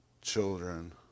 children